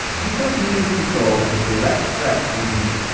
he saw community control as a direct threat to his union,